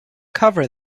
cover